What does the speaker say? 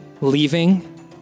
Leaving